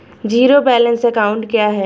Zero balance account क्या है?